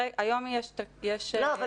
היום יש --- לא,